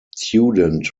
student